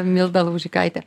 milda laužikaite